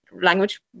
language